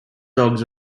dogs